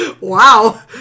Wow